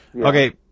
Okay